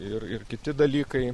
ir ir kiti dalykai